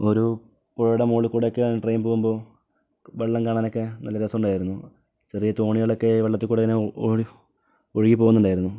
ഓരോ പുഴയുടെ മുകളിൽ കൂടെയൊക്കെ ട്രെയിൻ പോകുമ്പോൾ വെള്ളം കാണാനൊക്കെ നല്ല രസമുണ്ടായിരുന്നു ചെറിയ തോണികളൊക്കെ വെള്ളത്തിൽ കൂടി ഇങ്ങനെ ഒഴു ഒഴുകി പോകുന്നുണ്ടായിരുന്നു